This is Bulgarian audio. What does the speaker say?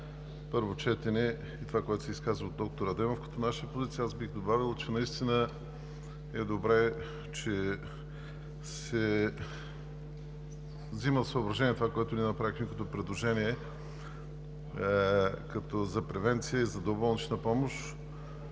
доктор Джафер, и това, което каза доктор Адемов като наша позиция, аз бих добавил, че наистина е добре, че се взима под съображение това, което ние направихме като предложение за превенция и за доболнична помощ.